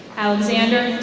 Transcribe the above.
alexander